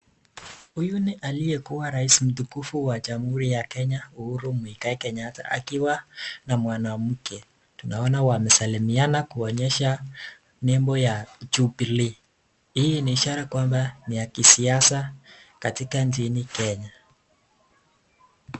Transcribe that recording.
Huyu ni aliyekuwa rais mtukufu wa jamuhuri ya kenya Uhuru Muigai Kenyatta akiwa na mwanamke. Tunaona wanasalimiana kuonyesha nembo ya jubilee hii nii ishara kwamba ni ya kisiasa katika nchini kenya.